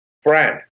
friend